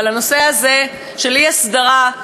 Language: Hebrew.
אבל הנושא הזה של אי-הסדרה,